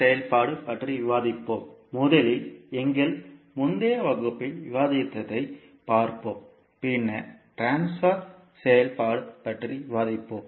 செயல்பாடு பற்றி விவாதிப்போம் முதலில் எங்கள் முந்தைய வகுப்பில் விவாதித்ததைப் பார்ப்போம் பின்னர் ட்ரான்ஸ்பர் செயல்பாடு பற்றி விவாதிப்போம்